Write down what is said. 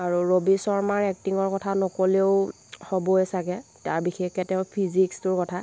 আৰু ৰবি শৰ্মাৰ এক্টিঙৰ কথা নকলেও হ'বই চাগৈ তাৰ বিশেষকৈ তেওঁৰ ফিজিক্সটোৰ কথা